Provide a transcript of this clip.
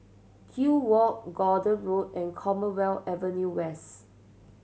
Kew Walk Gordon Road and Commonwealth Avenue West